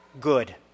good